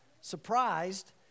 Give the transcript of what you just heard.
surprised